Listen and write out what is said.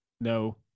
no